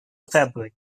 fabric